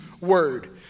word